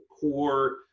core